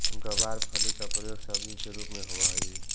गवारफली के प्रयोग सब्जी के रूप में होवऽ हइ